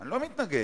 לא מתנגד.